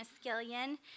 Skillion